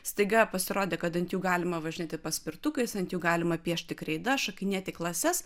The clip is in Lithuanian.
staiga pasirodė kad ant jų galima važinėti paspirtukais ant jų galima piešti kreida šokinėti klases